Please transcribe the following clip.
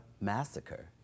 massacre